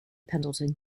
pendleton